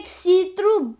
see-through